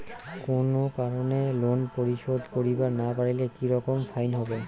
কোনো কারণে লোন পরিশোধ করিবার না পারিলে কি রকম ফাইন হবে?